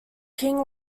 king